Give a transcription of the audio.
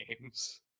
games